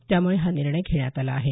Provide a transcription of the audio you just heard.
त्यामुळे हा निर्णय घेण्यात आला आहे